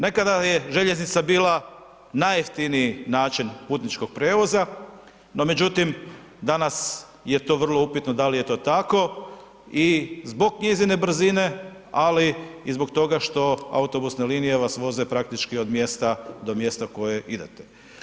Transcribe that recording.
Nekada je željeznica bila najjeftiniji način putničkog prijevoza, no međutim danas je to vrlo upitno da li je to tako i zbog njezine brzine, ali i zbog toga što autobusne linije vas voze praktički od mjesta do mjesta kojeg idete.